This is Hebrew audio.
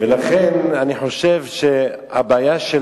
כל לילה.